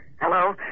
Hello